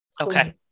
okay